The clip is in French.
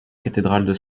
cathédrale